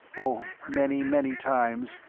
oh, many, many times,